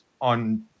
on